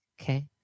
Okay